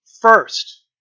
first